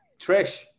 Trish